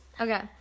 okay